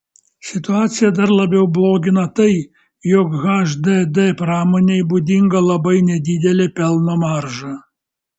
situaciją dar labiau blogina tai jog hdd pramonei būdinga labai nedidelė pelno marža